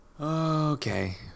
Okay